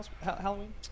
Halloween